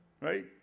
right